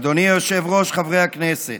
אדוני היושב-ראש, חברי הכנסת,